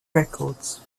records